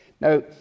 Now